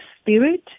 spirit